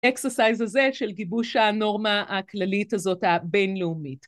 אקסרסייז הזה של גיבוש הנורמה הכללית הזאת, הבינלאומית